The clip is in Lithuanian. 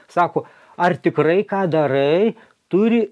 sako ar tikrai ką darai turi